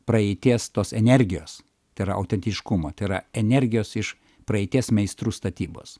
praeities tos energijos tai yra autentiškumo tai yra energijos iš praeities meistrų statybos